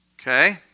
Okay